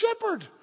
shepherd